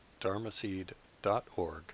dharmaseed.org